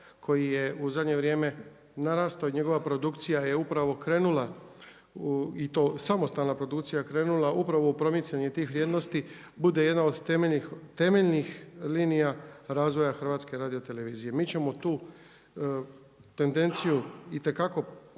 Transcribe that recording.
koji je u zadnje vrijeme narastao i njegova produkcija je upravo krenula u, i to samostalna produkcija krenula, upravo u promicanje tih vrijednosti, bude jedna od temeljnih linija razvoja HRT-a. Mi ćemo tu tendenciju itekako